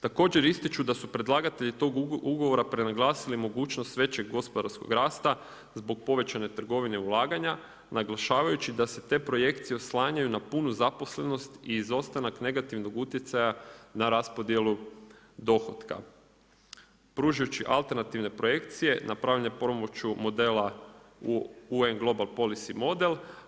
Također ističu da su predlagatelji tog ugovora prenaglasili mogućnost većeg gospodarskog rasta zbog povećane trgovine ulaganja naglašavajući da se te projekcije oslanjaju na punu zaposlenost i izostanaka negativnog utjecaja na raspodjelu dohotka pružajući alternativne projekcije napravljene pomoću modela UN global policy model.